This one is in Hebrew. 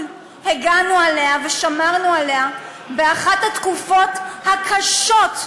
הגנו עליה ושמרנו עליה באחת התקופות הקשות,